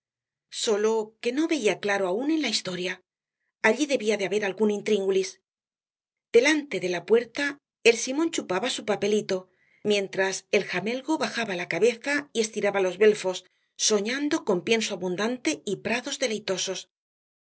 sólo que no veía claro aún en la historia allí debía de haber algún intríngulis delante de la puerta el simón chupaba su papelito mientras el jamelgo bajaba la cabeza y estiraba los belfos soñando con pienso abundante y prados deleitosos